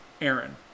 Aaron